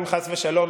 חס ושלום,